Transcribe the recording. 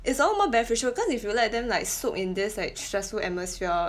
is all more beneficial cause if you let them like soak in this like stressful atmosphere